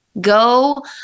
Go